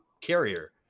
carrier